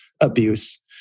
abuse